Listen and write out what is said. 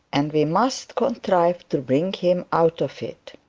and we must contrive to bring him out of it.